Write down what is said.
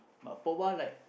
but Poba like